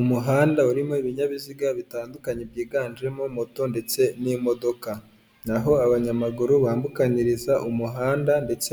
Umuhanda urimo ibinyabiziga bitandukanye byiganjemo moto ndetse n'imodoka, aho abanyamaguru bambukanyiriza umuhanda ndetse